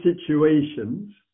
situations